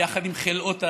ביחד עם חלאות האדם,